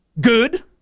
good